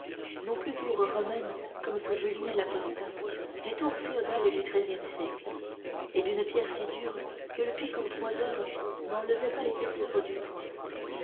non plus tour romaine comme sous julien l'apostat mais tour féodale du treizième siècle et d'une pierre si dure que le pic en trois heures n'en levait pas l'épaisseur du poing